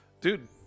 Dude